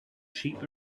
sheep